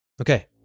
Okay